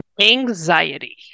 Anxiety